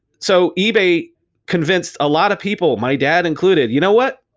so ebay convinced a lot of people, my dad included, you know what?